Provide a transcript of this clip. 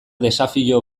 desafio